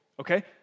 okay